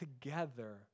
together